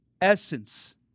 essence